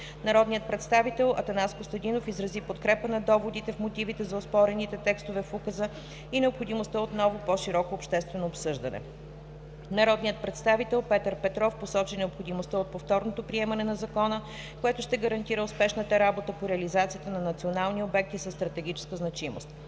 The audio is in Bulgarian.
Народният представител Атанас Костадинов изрази подкрепа на доводите в мотивите за оспорените текстове в Указа и необходимостта от ново по-широко обществено обсъждане. Народният представител Петър Петров посочи необходимостта от повторното приемане на Закона, което ще гарантира успешната работа по реализацията на национални обекти със стратегическа значимост.